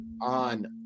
on